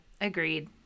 agreed